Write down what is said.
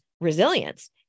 resilience